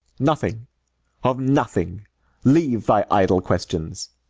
nothing of nothing leave thy idle questions.